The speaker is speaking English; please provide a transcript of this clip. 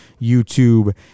YouTube